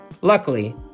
Luckily